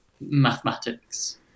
mathematics